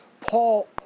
Paul